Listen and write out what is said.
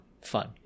fun